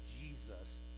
Jesus